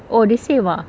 oh the same ah